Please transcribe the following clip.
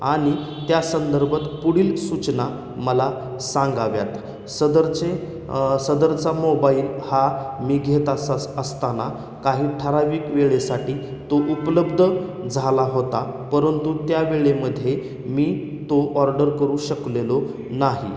आणि त्या संदर्भात पुढील सूचना मला सांगाव्यात सदरचे सदरचा मोबाईल हा मी घेत अस अस असताना काही ठराविक वेळेसाठी तो उपलब्ध झाला होता परंतु त्या वेळेमध्ये मी तो ऑर्डर करू शकलेलो नाही